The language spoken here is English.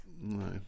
No